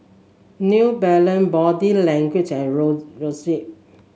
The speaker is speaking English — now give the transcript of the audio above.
New Balance Body Language and Roxy